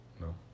No